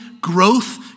Growth